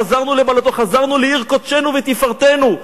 חזרנו לעיר קודשנו ותפארתנו.